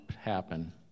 happen